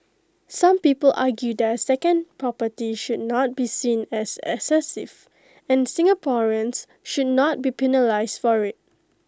some people argue that A second property should not be seen as excessive and Singaporeans should not be penalised for IT